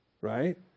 right